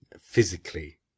physically